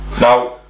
now